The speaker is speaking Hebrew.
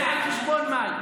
זה על חשבון מאי.